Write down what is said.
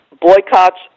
boycotts